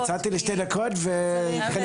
יצאתי לשתי דקות וכנראה